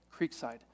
Creekside